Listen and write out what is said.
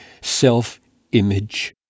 self-image